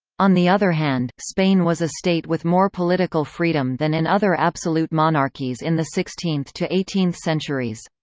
on the other hand, spain was a state with more political freedom than in other absolute monarchies in the sixteenth to eighteenth centuries.